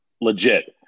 legit